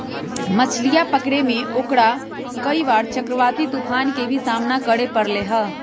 मछलीया पकड़े में ओकरा कई बार चक्रवाती तूफान के भी सामना करे पड़ले है